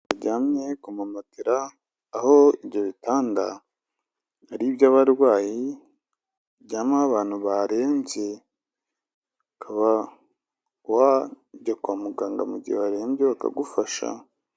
Ryamye kuma matora aho ibyo bitanda ari ibyabarwayi biryamaho abantu barembye ukaba wajya kwa muganga mu gihe warembye bakagufasha.